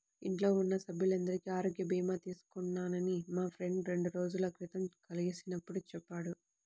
ఇంట్లో ఉన్న సభ్యులందరికీ ఆరోగ్య భీమా తీసుకున్నానని మా ఫ్రెండు రెండు రోజుల క్రితం కలిసినప్పుడు చెప్పాడు